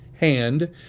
hand